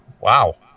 wow